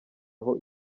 aho